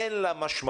אין לה משמעות.